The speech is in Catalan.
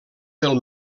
del